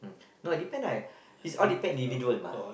no depend I is all depend individual mah